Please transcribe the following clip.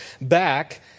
back